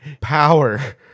power